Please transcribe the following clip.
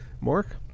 Mark